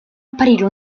apparire